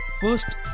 First